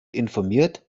informiert